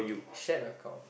shared account